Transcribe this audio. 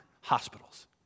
Hospitals